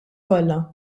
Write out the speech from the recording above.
kollha